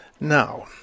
Now